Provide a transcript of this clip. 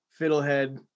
Fiddlehead